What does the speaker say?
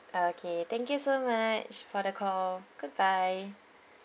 okay thank you so much for the call goodbye